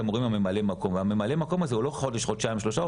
המורים הממלאי מקום והממלא מקום הזה הוא לא חודש או חודשיים או שלושה,